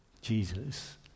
jesus